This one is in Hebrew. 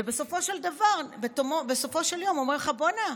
ובסופו של יום אומרים לך: בואנה,